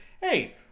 hey